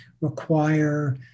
require